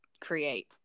create